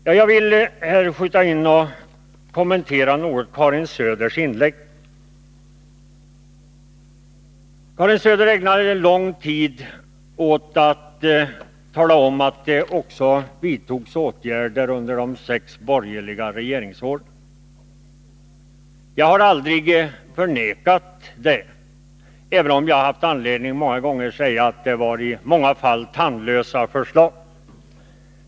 Jag vill här något kommentera Karin Söders inlägg. Hon ägnade lång tid åt att tala om att det vidtogs åtgärder också under de sex borgerliga regeringsåren. Jag har aldrig förnekat detta, även om jag många gånger har haft anledning säga att det ofta var fråga om tandlösa förslag.